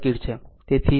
તેથી 0